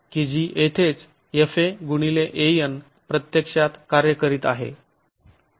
की जी येथेच fa x An प्रत्यक्षात कार्य करीत आहे